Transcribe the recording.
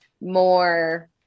more